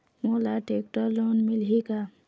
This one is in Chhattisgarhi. मोला टेक्टर लोन मिलही का?